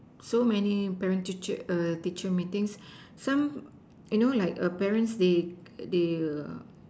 so many parent teacher err teacher meetings some you know like err parents they they err